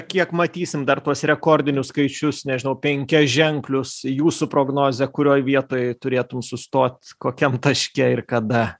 kiek matysim dar tuos rekordinius skaičius nežinau penkiaženklius jūsų prognozė kurioj vietoj turėtum sustot kokiam taške ir kada